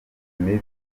mibi